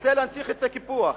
שרוצה להנציח את הקיפוח,